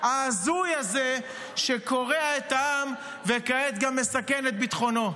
ההזוי הזה שקורע את העם וכעת גם מסכן את ביטחונו.